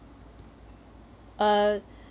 uh